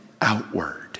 outward